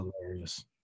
hilarious